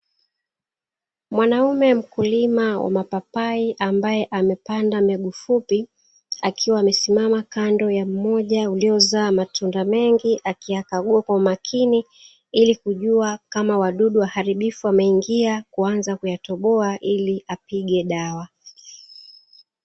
Mwanaume mkulima wa mapapai ambaye amepanda mbegu fupi, akiwa amesimama kando ya mmoja uliozaa matunda mengi, akiyakagua kwa umakini, ili kujua kama wadudu waharibifu wameingia kuanza kuyatoboa ili apige dawa.